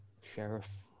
Sheriff